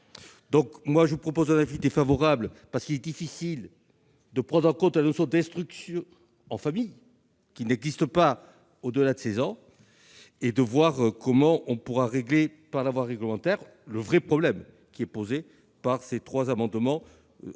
J'émets donc un avis défavorable, car il est difficile de prendre en compte la notion d'instruction en famille qui n'existe pas au-delà de 16 ans. Attendons de voir comment on pourra résoudre par la voie réglementaire le vrai problème posé par ces trois amendements.